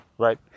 Right